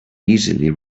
easily